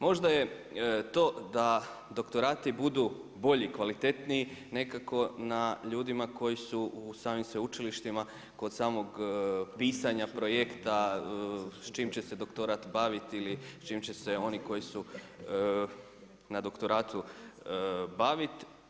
Možda je to da doktorati budu bolji, kvalitetniji nekako na ljudima koji su u samim sveučilištima kod samog pisanja projekta s čim će se doktorat baviti ili s čim će se oni koji su na doktoratu bavit.